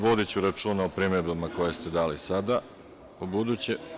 Vodiću računa o primedbama koje ste dali sada ubuduće.